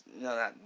No